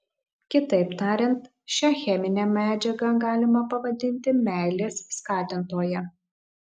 kitaip tariant šią cheminę medžiagą galima pavadinti meilės skatintoja